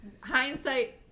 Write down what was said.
Hindsight